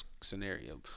scenario